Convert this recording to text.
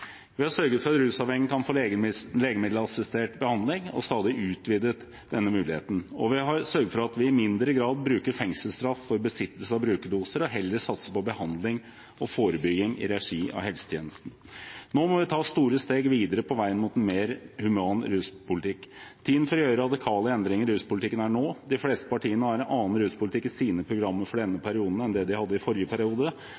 har sørget for at rusavhengige kan få legemiddelassistert behandling, og stadig utvidet denne muligheten, og vi har sørget for at vi i mindre grad bruker fengselsstraff for besittelse av brukerdoser og heller satser på behandling og forebygging i regi av helsetjenesten. Nå må vi ta store steg videre på veien mot en mer human ruspolitikk. Tiden for å gjøre radikale endringer i ruspolitikken er nå. De fleste partiene har en annen ruspolitikk i sine programmer for denne